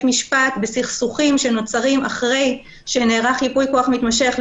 משפט בסכסוכים שנוצרים אחרי שנערך ייפוי כוח מתמשך,